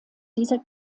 dieser